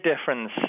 difference